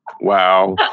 Wow